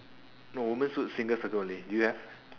no woman suit single circle only do you have